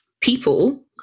people